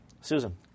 Susan